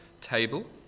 table